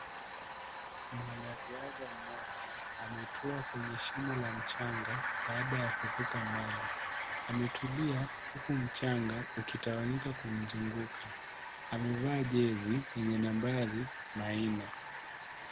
Mwanariadha mmoja ametua kweny shimo la mchanga baada ya kuruka mbali, ametulia huku mchanga ukitawanyika kumzunguka amevaa jezi yenye nambari 04.